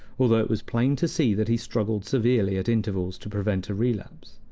although it was plain to see that he struggled severely at intervals to prevent a relapse.